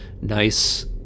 nice